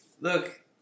look